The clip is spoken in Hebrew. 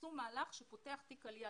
עשו מהלך שפותח תיק עלייה.